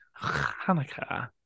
Hanukkah